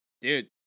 Dude